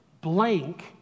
blank